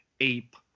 ape